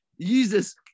Jesus